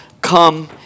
come